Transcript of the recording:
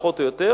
פחות או יותר,